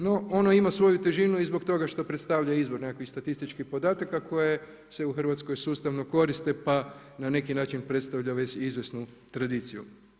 No ono ima svoju težinu i zbog toga što predstavlja izvor nekakav statističkih podataka koje se u Hrvatskoj sustavno koriste pa na neki način predstavlja već izvjesnu tradiciju.